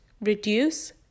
reduce